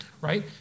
right